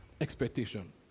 Expectation